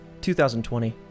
2020